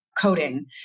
coding